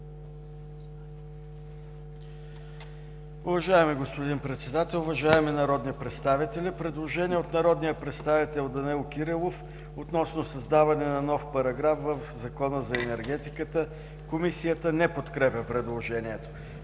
Уважаеми господин Председател, уважаеми народни представители! Предложение от народния представител Данаил Кирилов, относно създаване на нов параграф в Закона за енергетиката. Комисията не подкрепя предложението.